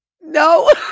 No